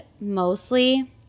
mostly